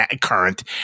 current